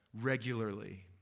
regularly